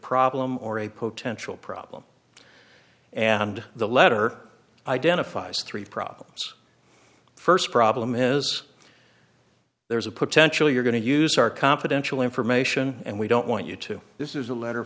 problem or a potential problem and the letter identifies three problems first problem is there's a potential you're going to use our confidential information and we don't want you to this is a letter